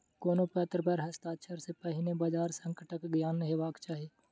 कोनो पत्र पर हस्ताक्षर सॅ पहिने बजार संकटक ज्ञान हेबाक चाही